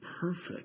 perfect